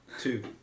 Two